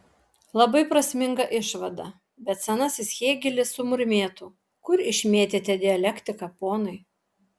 labai prasminga išvada bet senasis hėgelis sumurmėtų kur išmetėte dialektiką ponai